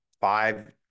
five